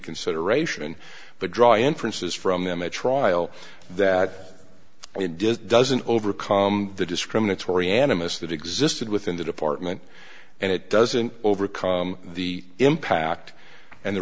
consideration but draw inferences from them a trial that it just doesn't overcome the discriminatory animus that existed within the department and it doesn't overcome the impact and the